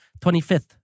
25th